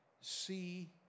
see